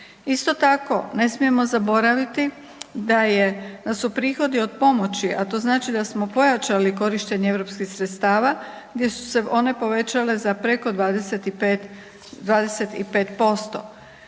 Isto tako ne smijemo zaboraviti da su prihodi od pomoći, a to znači da smo pojačali korištenje europskih sredstava gdje su se one povećale za preko 25%.